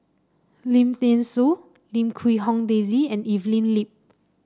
Lim Thean Soo Lim Quee Hong Daisy and Evelyn Lip